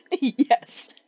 Yes